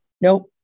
nope